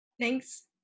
Thanks